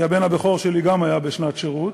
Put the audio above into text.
כי גם הבן הבכור שלי היה בשנת שירות,